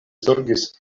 zorgis